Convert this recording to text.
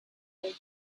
into